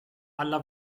alla